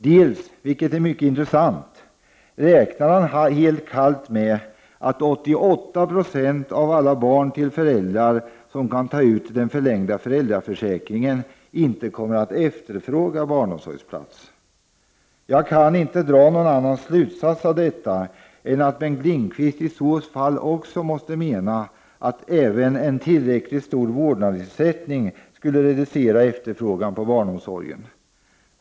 Dessutom — och det är mycket intressant — räknar Bengt Lindqvist helt kallt med att 88 96 av alla barn till föräldrar som kan ta ut den förlängda föräldraförsäkringen inte kommer att efterfråga barnomsorgsplats. Jag kan inte dra någon annan slutsats av detta än att Bengt Lindqvist i så fall måste mena att även en tillräckligt stor vårdnadsersättning skulle reducera efterfrågan på barnomsorg.